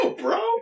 bro